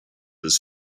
his